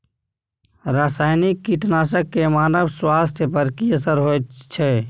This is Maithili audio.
रसायनिक कीटनासक के मानव स्वास्थ्य पर की असर होयत छै?